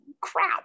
crap